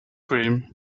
cream